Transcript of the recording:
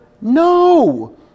No